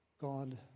God